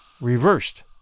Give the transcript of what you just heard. reversed